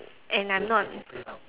and I'm not